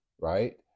right